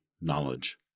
knowledge